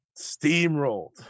steamrolled